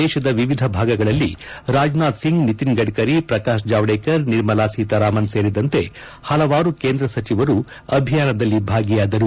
ದೇಶದ ವಿವಿಧ ಭಾಗಗಳಲ್ಲಿ ರಾಜನಾಥ್ಸಿಂಗ್ ನಿತಿನ್ ಗಡ್ಡರಿ ಪ್ರಕಾಶ್ ಜಾವಡೇಕರ್ ನಿರ್ಮಲಾ ಸೀತಾರಾಮನ್ ಸೇರಿದಂತೆ ಹಲವಾರು ಕೇಂದ್ರ ಸಚಿವರು ಅಭಿಯಾನದಲ್ಲಿ ಭಾಗಿಯಾದರು